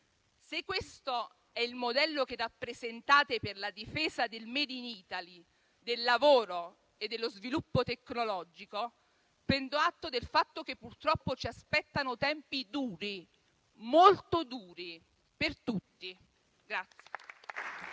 Se questo è il modello che rappresentate per la difesa del *made in Italy*, del lavoro e dello sviluppo tecnologico, prendo atto del fatto che purtroppo ci aspettano tempi duri, molto duri per tutti.